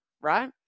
right